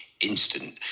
instant